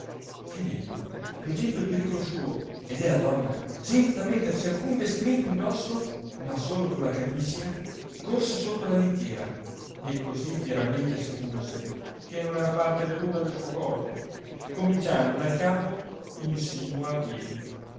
filenio veggendo il pericolo suo e della donna senza mettersi alcun vestimento in dosso ma solo con la camiscia corse sotto la littiera e cosi fieramente si punse che non era parte veruna del suo corpo cominciando dal capo insino a piedi